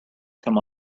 come